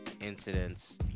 incidents